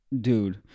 dude